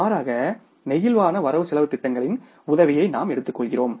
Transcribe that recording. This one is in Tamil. மாறாக நெகிழ்வான வரவு செலவுத் திட்டங்களின் உதவியை நாம் எடுத்துக்கொள்கிறோம்